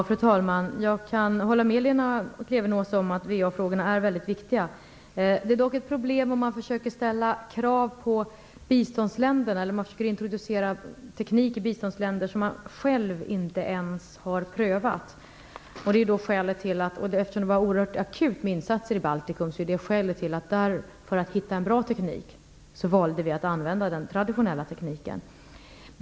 Fru talman! Jag kan hålla med Lena Klevenås om att VA-frågorna är väldigt viktiga. Det blir dock problem om man försöker ställa krav på biståndsländerna och introducera teknik som man själv inte ens har prövat. Det var oerhört akut att sätta in insatser i Baltikum. För att hitta en bra teknik valde vi att använda den traditionella tekniken.